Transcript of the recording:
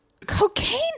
cocaine